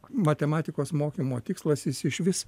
matematikos mokymo tikslas jis išvis